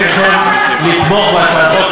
אבקש מכם לתמוך בהצעת החוק,